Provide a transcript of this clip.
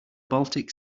baltic